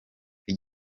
iki